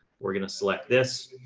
we're going to select this.